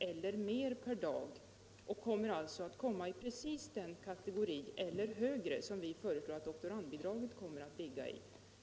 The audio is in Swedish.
eller mer per dag och kommer alltså upp till precis samma bidrag som eller t.o.m. till ett högre bidrag än det vi föreslår att doktoranderna skall få.